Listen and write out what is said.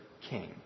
king